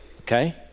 okay